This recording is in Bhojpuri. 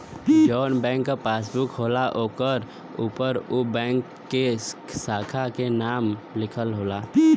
जौन बैंक क पासबुक होला ओकरे उपर उ बैंक के साखा क नाम लिखल होला